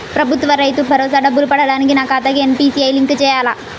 ప్రభుత్వ రైతు భరోసా డబ్బులు పడటానికి నా ఖాతాకి ఎన్.పీ.సి.ఐ లింక్ చేయాలా?